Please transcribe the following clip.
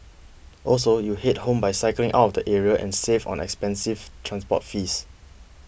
also you head home by cycling out of the area and save on expensive transport fees